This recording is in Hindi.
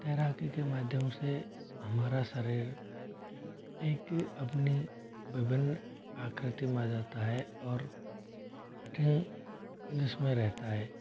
तैराकी के माध्यम से हमारा शरीर एक अपनी विभिन आकृति में आ जाता है और कठिन विस्मय रहता है